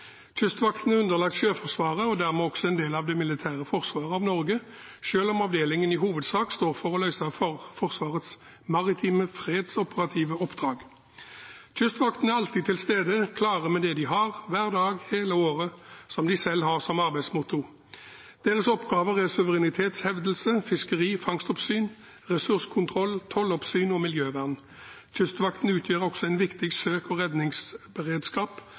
Kystvakten er underlagt Sjøforsvaret og dermed også en del av det militære forsvaret av Norge, selv om avdelingen i hovedsak står for å løse Forsvarets maritime fredsoperative oppdrag. Kystvakten er alltid til stede, klare med det de har – hver dag, hele året – som de selv har som arbeidsmotto. Deres oppgaver er suverenitetshevdelse, fiskeri, fangstoppsyn, ressurskontroll, tolloppsyn og miljøvern. Kystvakten utgjør også en viktig søke- og redningsberedskap